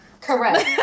correct